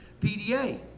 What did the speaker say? PDA